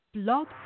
blog